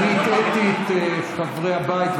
אני הטעיתי את חברי הבית.